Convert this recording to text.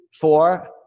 four